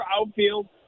outfield